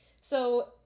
So-